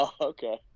Okay